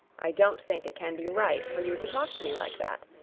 i don't think it can be right for you to talk to me like that.